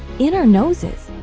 in our noses.